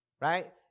right